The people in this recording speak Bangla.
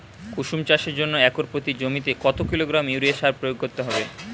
কুসুম চাষের জন্য একর প্রতি জমিতে কত কিলোগ্রাম ইউরিয়া সার প্রয়োগ করতে হবে?